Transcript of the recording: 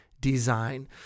design